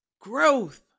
growth